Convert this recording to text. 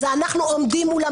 אנחנו עומדים מולם,